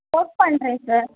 work பண்ணுறேன் sir